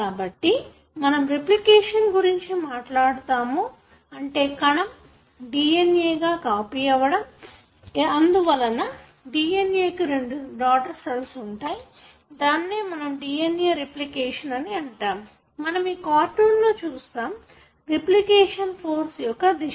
కాబట్టి మనం రిప్లికేషన్ గురించి మాట్లాడుతామో అంటే కణం DNA గా కాపీ అవ్వడం అందువలన DNA కు రెండు డాటర్ సెల్స్ ఉంటాయి దానినే మనం DNA రేప్లికేషన్ అని అంటాము మనం ఈ కార్టూన్ లో చూస్తాము రేప్లికేషన్ ఫోర్క్ యొక్క దిశ